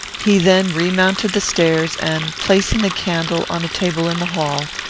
he then remounted the stairs, and, placing the candle on a table in the hall,